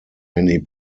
many